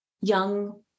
young